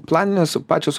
planinės pačios